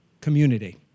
community